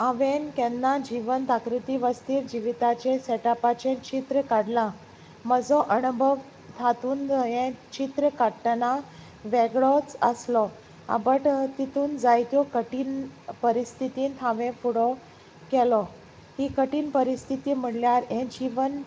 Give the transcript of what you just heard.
हांवें केन्ना जिवन आकृती वस्ती जिविताचें सेटपाचें चित्र काडलां म्हजो अणभव हातून हें चित्र काडटना वेगळोच आसलो बट तितून जायत्यो कठीण परिस्थितींत हांवें फुडो केलो ही कठीण परिस्थिती म्हणल्यार हें जिवन